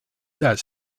that